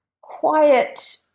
quiet